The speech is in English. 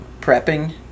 prepping